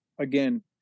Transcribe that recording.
again